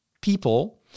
people